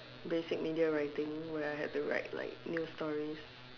basic media writing where I have to write like new stories